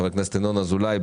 חה"כ ינון אזולאי,